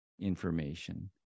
information